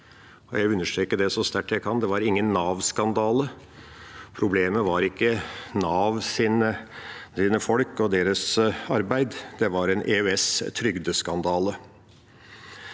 vil understreke det så sterkt jeg kan: Det var ingen Nav-skandale. Problemet var ikke Navs folk og deres arbeid, det var en EØStrygdeskandale.